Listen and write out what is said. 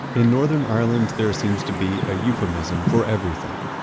in northern ireland, there seems to be a euphemism for everything.